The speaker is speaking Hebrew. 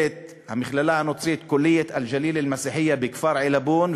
המכללה הנוצרית כוליית אלג'ליל אלמסיחיה בכפר עילבון,